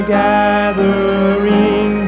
gathering